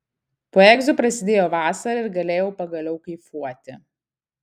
po egzų prasidėjo vasara ir galėjau pagaliau kaifuoti